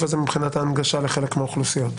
הזה מבחינת ההנגשה לחלק מהאוכלוסיות.